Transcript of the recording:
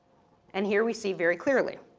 and here we see very clearly